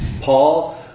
Paul